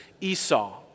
Esau